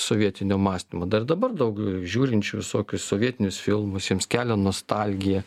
sovietinio mąstymo dar dabar daug žiūrinčių visokius sovietinius filmus jiems kelia nostalgiją